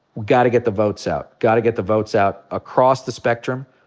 gotta get the votes out. gotta get the votes out across the spectrum,